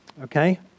Okay